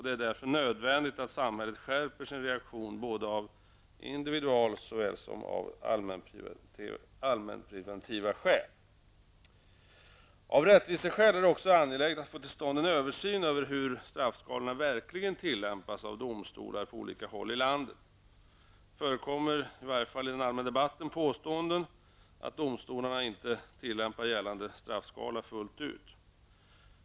Det är därför nödvändigt att samhället skärper sin reaktion, såväl av individuella som allmänt preventiva skäl. Av rättviseskäl är det också angeläget att få till stånd en översyn av hur straffskalorna verkligen tillämpas av domstolar på olika håll i landet. Det förekommer, i varje fall i den allmänna debatten, påståenden om att domstolarna inte tillämpar gällande straffskala fullt ut.